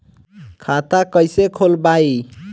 खाता कईसे खोलबाइ?